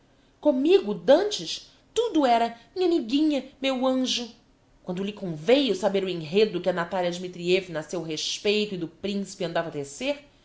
commigo d'antes tudo era minha amiguinha meu anjo quando lhe conveio saber o enredo que a natalia dmitrievna a seu respeito e do principe andava